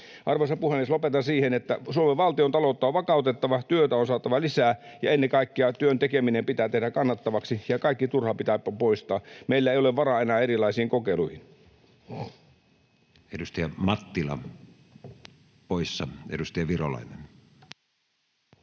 Arvoisa puhemies! Lopetan siihen, että Suomen valtiontaloutta on vakautettava, työtä on saatava lisää ja ennen kaikkea työn tekeminen pitää tehdä kannattavaksi ja kaikki turha pitää poistaa. Meillä ei ole enää varaa erilaisiin kokeiluihin. [Speech 143] Speaker: Matti Vanhanen